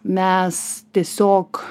mes tiesiog